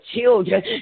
children